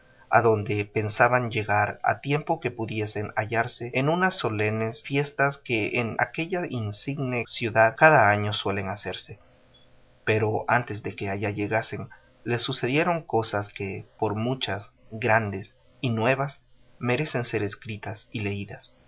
zaragoza adonde pensaban llegar a tiempo que pudiesen hallarse en unas solenes fiestas que en aquella insigne ciudad cada año suelen hacerse pero antes que allá llegasen les sucedieron cosas que por muchas grandes y nuevas merecen ser escritas y leídas